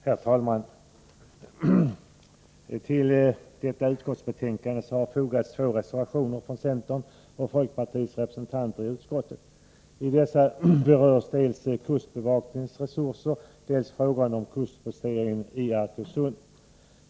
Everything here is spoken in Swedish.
Herr talman! Till detta utskottsbetänkande har fogats bl.a. två reservationer från centerns och folkpartiets representanter i utskottet. I dessa berörs dels frågan om kustbevakningens resurser, dels frågan om kustpostering i Arkösund.